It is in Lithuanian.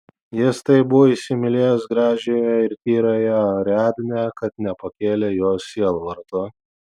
jis taip buvo įsimylėjęs gražiąją ir tyrąją ariadnę kad nepakėlė jos sielvarto